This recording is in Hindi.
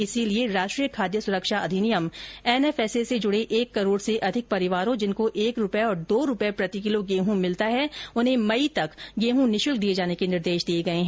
इसलिए मुख्यमंत्री ने राष्ट्रीय खाद्य सुरक्षा अधिनियम एनएफएसए से जुड़े एक करोड़ से अधिक परिवारों जिनको एक रूपए और दो रूपए प्रतिकिलो गेहूं मिलता है उन्हें मई माह तक गेहूं निःशुल्क दिए जाने के निर्देश दिए हैं